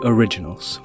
Originals